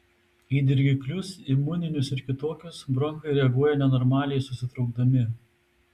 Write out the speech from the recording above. į dirgiklius imuninius ar kitokius bronchai reaguoja nenormaliai susitraukdami